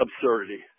absurdity